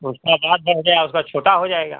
उसका बार बढ़ गया उसका छोटा हो जाएगा